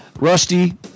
Rusty